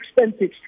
expensive